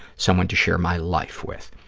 someone to share my life with.